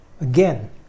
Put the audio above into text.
again